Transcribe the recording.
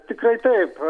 tikrai taip